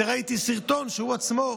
ראיתי סרטון, שהוא עצמו,